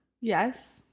Yes